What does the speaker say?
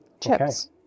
Chips